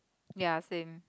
ya same